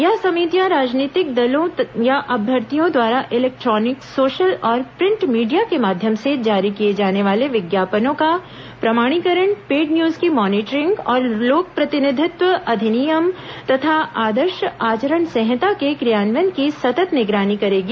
यह समितियां राजनीतिक दलों या अभ्यर्थियों द्वारा इलेक्ट्रॉनिक सोशल और प्रिंट मीडिया के माध्यम से जारी किए जाने वाले विज्ञापनों का प्रमाणीकरण पेड न्यूज की मॉनिटरिंग और लोक प्रतिनिधित्व अधिनियम तथा आदर्श आचरण संहिता के क्रियान्वयन की सतत् निगरानी करेगी